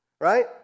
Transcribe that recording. right